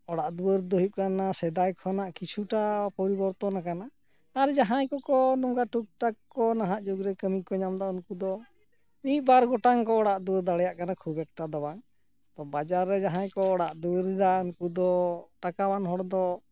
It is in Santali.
ᱚᱲᱟᱜ ᱫᱩᱣᱟᱹᱨ ᱫᱚ ᱦᱩᱭᱩᱜ ᱠᱟᱱᱟ ᱥᱮᱫᱟᱭ ᱠᱷᱚᱱᱟᱜ ᱠᱤᱪᱷᱩᱴᱟ ᱯᱚᱨᱤᱵᱚᱨᱛᱚᱱ ᱠᱟᱱᱟ ᱟᱨ ᱡᱟᱦᱟᱸᱭ ᱠᱚᱠᱚ ᱱᱚᱝᱠᱟ ᱴᱩᱠᱼᱴᱟᱠ ᱠᱚ ᱱᱟᱦᱟᱜ ᱡᱩᱜᱽ ᱨᱮ ᱠᱟᱹᱢᱤ ᱠᱚ ᱧᱟᱢ ᱮᱫᱟ ᱩᱱᱠᱩ ᱫᱚ ᱢᱤᱫ ᱵᱟᱨ ᱜᱚᱴᱟᱝ ᱠᱚ ᱚᱲᱟᱜ ᱫᱩᱣᱟᱹᱨ ᱫᱟᱲᱮᱭᱟᱜ ᱠᱟᱱᱟ ᱠᱷᱩᱵ ᱮᱠᱴᱟ ᱫᱚ ᱵᱟᱝ ᱛᱚ ᱵᱟᱡᱟᱨ ᱨᱮ ᱡᱟᱦᱟᱸᱭ ᱠᱚ ᱚᱲᱟᱜ ᱫᱩᱣᱟᱹᱨᱮᱫᱟ ᱩᱱᱠᱩ ᱫᱚ ᱴᱟᱠᱟᱣᱟᱱ ᱦᱚᱲ ᱫᱚ